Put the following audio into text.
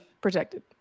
Protected